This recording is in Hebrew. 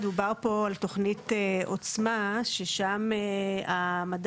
דובר פה על תכנית עוצמה ששם המדד